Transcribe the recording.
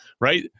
right